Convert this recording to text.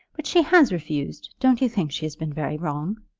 but she has refused. don't you think she has been very wrong?